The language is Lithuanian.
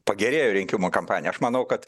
pagerėjo rinkimų kampanija aš manau kad